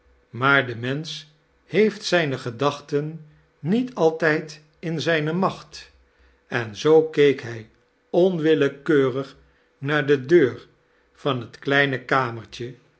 maar de mensch heeft zijne gedachten niet altijd in zijne macht en zoo keek hij onwillekeurig naar de deur van het kledne kamertje